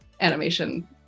animation